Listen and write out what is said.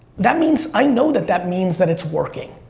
that means, i know that that means that it's working.